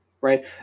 right